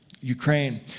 Ukraine